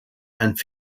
and